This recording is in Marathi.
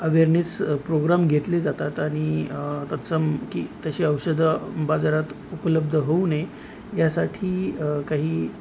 अवेरनेस प्रोग्राम घेतले जातात आणि त्या स की तशी औषधं बाजारात उपलब्ध होऊ नये यासाठी काही